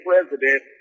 president